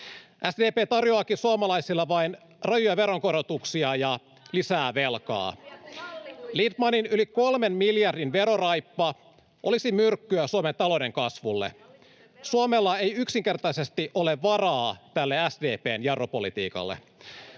SDP tarjoaakin suomalaisille vain rajuja veronkorotuksia ja lisää velkaa. [Välihuutoja sosiaalidemokraattien ryhmästä] Lindtmanin yli kolmen miljardin veroraippa olisi myrkkyä Suomen talouden kasvulle. Suomella ei yksinkertaisesti ole varaa tälle SDP:n jarrupolitiikalle.